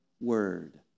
word